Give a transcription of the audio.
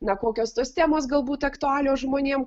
na kokios tos temos galbūt aktualios žmonėm